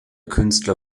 künstler